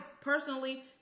personally